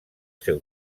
seu